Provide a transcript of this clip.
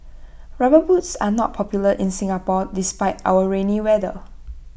rubber boots are not popular in Singapore despite our rainy weather